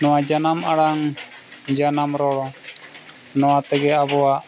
ᱱᱚᱣᱟ ᱡᱟᱱᱟᱢ ᱟᱲᱟᱝ ᱡᱟᱱᱟᱢ ᱨᱚᱲ ᱱᱚᱣᱟ ᱛᱮᱜᱮ ᱟᱵᱚᱣᱟᱜ